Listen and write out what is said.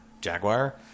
Jaguar